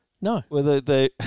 No